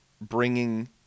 bringing